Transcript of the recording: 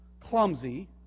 clumsy